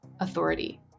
authority